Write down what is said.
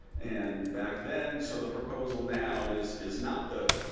and back then, so the proposal now is is not the,